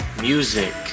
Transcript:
music